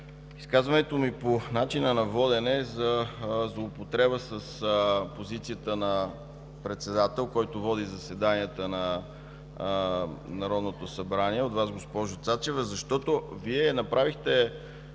Изказването ми по начина на водене е за злоупотреба с позицията на председател, който води заседанията на Народното събрание – от Вас, госпожо Цачева, защото Вие направихте